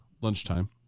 lunchtime